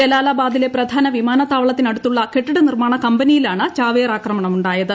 ജലാലാബാദിലെ പ്രധാന വിമാനത്താവളത്തിനടു ത്തുള്ള കെട്ടിട നിർമ്മാണ കമ്പനിയിലാണ് ചാവേർ ആക്രമണം ഉണ്ടായത്